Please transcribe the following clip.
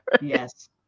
Yes